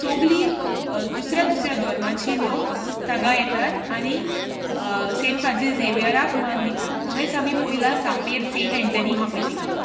सगली दुसऱ्यां दुसऱ्यां धर्मीची लोक थंय येतात आनी सेंट फ्रान्सिस झेवियराक मान दितात तशेंच आमी पळयलां सापेर सेंट एँटनी आसा पळय थंय